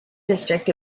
district